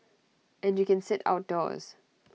and you can sit outdoors